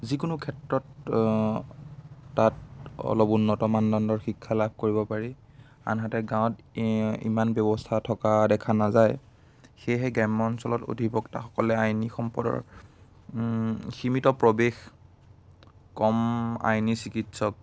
যিকোনো ক্ষেত্ৰত তাত অলপ উন্নত মানদণ্ডৰ শিক্ষা লাভ কৰিব পাৰি আনহাতে গাঁৱত ইমান ব্যৱস্থা থকা দেখা নাযায় সেয়েহে গ্ৰাম্য অঞ্চলত অধিবক্তাসকলে আইনী সম্পদৰ সীমিত প্ৰৱেশ কম আইনী চিকিৎসক